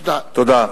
תודה.